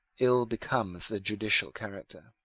ill becomes the judicial character.